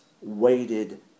waited